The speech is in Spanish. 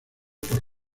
por